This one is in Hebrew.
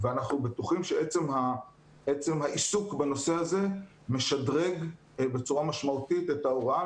ואנחנו בטוחים שעצם העיסוק בנושא הזה משדרג בצורה משמעותית את ההוראה,